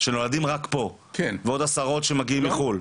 שנולדים רק פה ועוד עשרות שמגיעים מחו"ל,